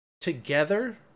together